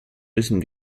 müssen